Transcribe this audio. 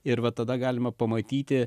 ir va tada galima pamatyti